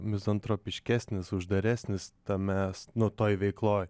mizantropiškesnis uždaresnis tame nu toj veikloj